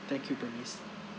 thank you bernice